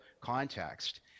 context